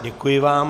Děkuji vám.